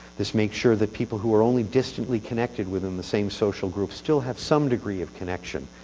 this makes sure that people who are only distantly connected within the same social group still have some degree of connection.